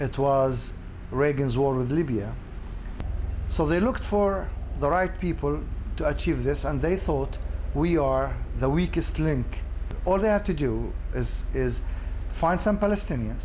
it was reagan's war with libya so they looked for the right people to achieve this and they thought we are the weakest link all they have to do is is find some palestinian